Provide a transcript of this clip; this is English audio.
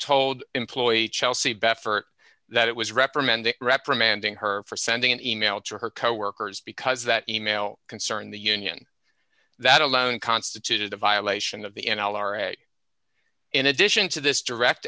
told employee chelsea baffert that it was reprimanded reprimanding her for sending an e mail to her coworkers because that e mail concerned the union that alone constituted a violation of the n l r and in addition to this direct